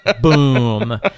boom